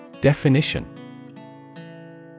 Definition